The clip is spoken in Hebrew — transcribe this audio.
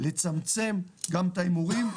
לצמצם גם את ההימורים,